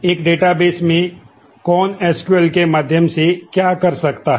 इस मॉड्यूल के माध्यम से क्या कर सकता हैं